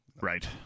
right